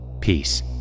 Peace